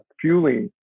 fueling